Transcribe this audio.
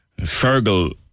Fergal